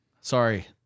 Sorry